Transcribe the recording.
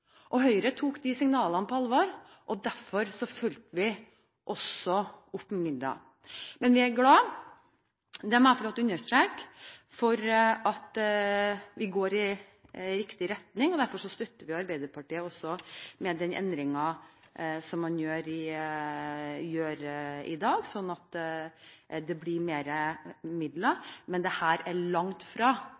Høyre tok de signalene på alvor, og derfor fulgte vi også opp med midler. Men vi er glad – det må jeg få lov til å understreke – for at vi går i riktig retning. Derfor støtter vi også Arbeiderpartiet i den endringen man gjør i dag, slik at det blir mer midler. Men dette er langt fra